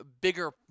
bigger